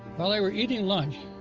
while they were eating lunch,